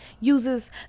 uses